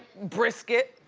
brisket,